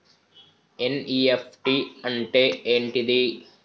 NEFT అంటే ఏంటిది?